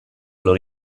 loro